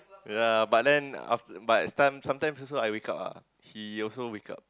ya but then after but some sometimes I also wake up ah he also wake up